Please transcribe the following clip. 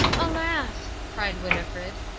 alas, cried winnifred,